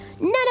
None